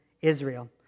Israel